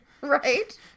right